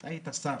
חיים, היית שר,